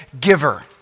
giver